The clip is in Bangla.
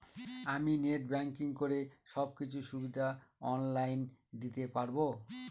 আমি নেট ব্যাংকিং করে সব কিছু সুবিধা অন লাইন দিতে পারবো?